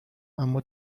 اما